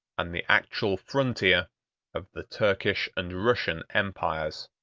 and the actual frontier of the turkish and russian empires.